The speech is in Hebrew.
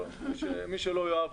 מי שלא יאהב,